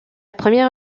première